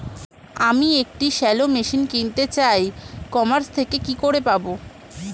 আমি একটি shallow machine কিনতে চাই ই কমার্স থেকে কি করে পাবো?